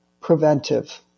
preventive